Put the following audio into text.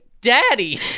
Daddy